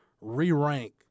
re-rank